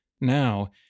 Now